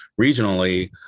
regionally